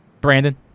Brandon